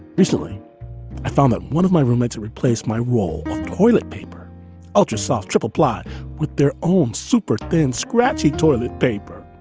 recently i found that one of my roommates replaced my roll toilet paper ultra soft triple plot with their own super thin, scratchy toilet paper.